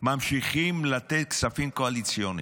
ממשיכים לתת כספים קואליציוניים.